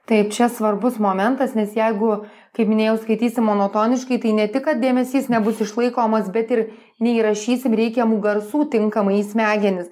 tai čia svarbus momentas nes jeigu kaip minėjau skaitysim monotoniškai tai ne tik kad dėmesys nebus išlaikomas bet ir neįrašysim reikiamų garsų tinkamai į smegenis